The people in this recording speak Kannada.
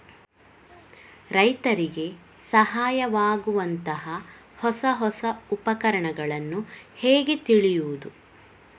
ರೈತರಿಗೆ ಸಹಾಯವಾಗುವಂತಹ ಹೊಸ ಹೊಸ ಉಪಕರಣಗಳನ್ನು ಹೇಗೆ ತಿಳಿಯುವುದು?